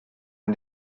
and